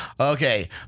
Okay